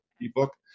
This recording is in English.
ebook